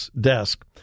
Desk